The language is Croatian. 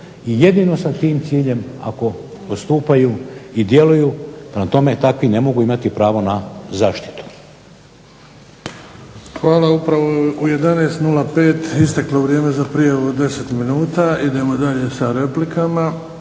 jedino sa tim ciljem ako postupaju i djeluju prema tome takvi ne mogu imati pravo na zaštitu.